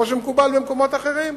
כמו שמקובל במקומות אחרים.